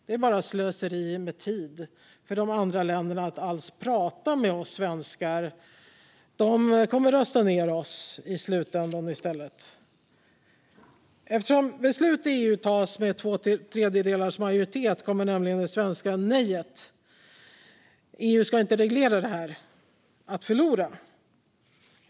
Det är bara slöseri med tid för de andra länderna att alls prata med oss svenskar; de kommer i stället att rösta ned oss i slutändan. Eftersom beslut i EU tas med två tredjedelars majoritet kommer nämligen det svenska nejet till att EU ska reglera detta att förlora.